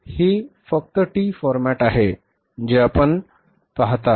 हे फक्त T format आहे जे आपण पाहता